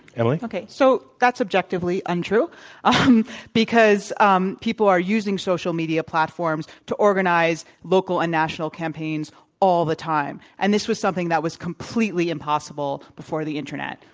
emily? okay. so, that's objectively untrue um because um people are using social media platforms to organize local and national campaigns all the time. and this was something that was completely impossible before the internet.